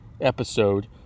episode